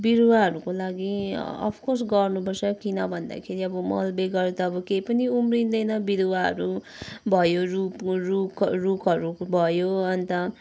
बिरुवाहरूको लागि अफकोर्स गर्नुपर्छ किन भन्दाखेरि अब मल बेगर त केही पनि उम्रिँदैन बिरुवाहरू भयो रुख रुख रुखहरू भयो अन्त